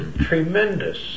Tremendous